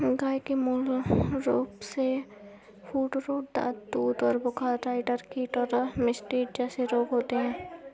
गय के मूल रूपसे फूटरोट, दाद, दूध का बुखार, राईडर कीट और मास्टिटिस जेसे रोग होते हें